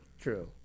True